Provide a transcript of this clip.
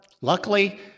luckily